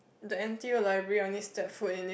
the N_T_U library i only step food in it